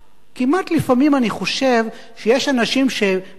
כמעט לפעמים אני חושב שיש אנשים שבבית,